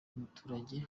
umuturage